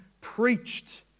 preached